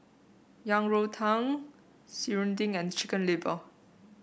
Yang Rou Tang Serunding and Chicken Liver